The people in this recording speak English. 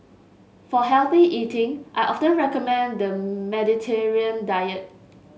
for healthy eating I often recommend the Mediterranean diet